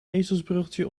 ezelsbruggetje